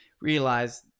Realize